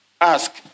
ask